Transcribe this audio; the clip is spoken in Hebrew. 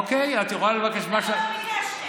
למה לא ביקשתם?